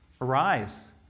Arise